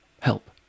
Help